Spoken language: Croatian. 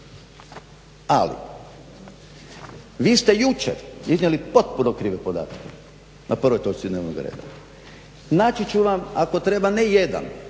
Ali vi ste jučer iznijeli potpuno krive podatke na prvoj točci dnevnog reda. Naći ću vam ako treba ne jedan